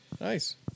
Nice